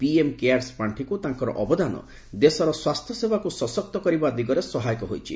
PM CARES ପାଣ୍ଠିକ୍ତ ତାଙ୍କର ଅବଦାନ ଦେଶର ସ୍ୱାସ୍ଥ୍ୟସେବାକୁ ସଶକ୍ତ କରିବା ଦିଗରେ ସହାୟକ ହୋଇଛି